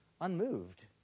unmoved